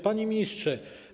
Panie Ministrze!